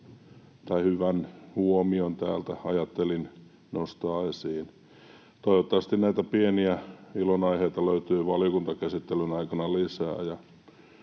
tai hyvän huomion täältä ajattelin nostaa esiin. Toivottavasti näitä pieniä ilonaiheita löytyy valiokuntakäsittelyn aikana lisää.